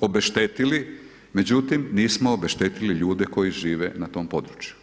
obeštetili, međutim, nismo obeštetili ljude koji žive na tom području.